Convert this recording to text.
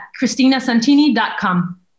Christinasantini.com